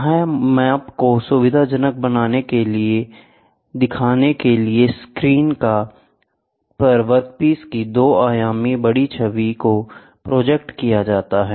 यह माप को सुविधाजनक बनाने के लिए देखने की स्क्रीन पर वर्कपीस की एक 2 आयामी बड़ी छवि को प्रोजेक्ट करता है